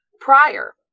prior